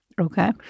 Okay